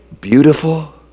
beautiful